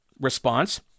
response